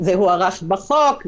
זה הוארך בחוק,